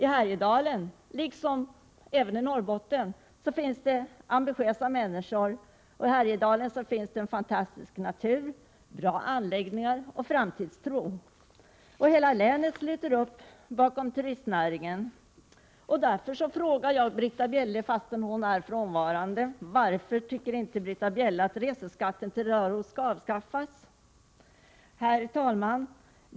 I Härjedalen liksom i Norrbotten finns det ambitiösa människor, och där finns också en fantastisk natur, bra anläggningar och framtidstro. Hela länet sluter upp bakom turistnäringen. Därför frågar jag: Varför tycker inte Britta Bjelle att skatten på resor till Röros skall avskaffas? Herr talman!